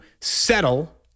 settle